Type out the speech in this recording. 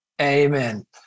Amen